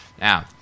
Now